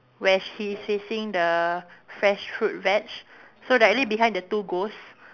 where she is facing the fresh fruit veg so directly behind the two ghost